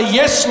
yes